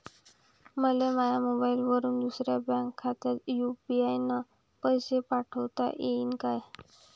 मले माह्या मोबाईलवरून दुसऱ्या बँक खात्यात यू.पी.आय न पैसे पाठोता येईन काय?